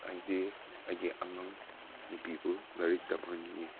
ꯍꯥꯏꯕꯗꯤ ꯑꯩꯒꯤ ꯑꯉꯥꯡ ꯅꯨꯄꯤꯕꯨ ꯂꯥꯏꯔꯤꯛ ꯇꯝꯍꯟꯅꯤꯡꯉꯦ